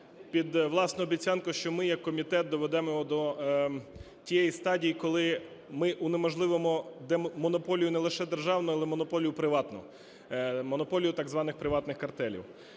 під власну обіцянку, що ми як комітет доведемо його до тієї стадії, коли ми унеможливимо монополію не лише державну, а і монополію приватну, монополію так званих приватних картелів.